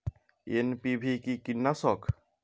NPV কি কীটনাশক?